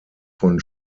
von